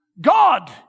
God